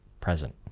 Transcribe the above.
present